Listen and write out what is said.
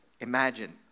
imagine